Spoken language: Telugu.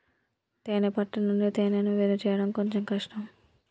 తేనే పట్టు నుండి తేనెను వేరుచేయడం కొంచెం కష్టం